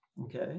okay